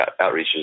outreaches